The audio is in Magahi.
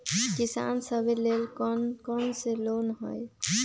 किसान सवे लेल कौन कौन से लोने हई?